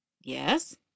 Yes